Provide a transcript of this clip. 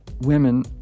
women